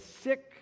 sick